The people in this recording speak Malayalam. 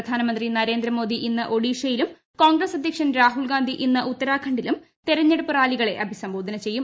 പ്രധാനമന്ത്രി നരേന്ദ്രമോദി ഇന്ന് ഒഡീഷയിലും കോൺഗ്രസ് അധ്യക്ഷൻ രാഹുൽഗാന്ധി ഇന്ന് ഉത്തരാഖണ്ഡിലും തെരഞ്ഞെടുപ്പ് റാലികളെ അഭിസംബോധന ചെയ്യും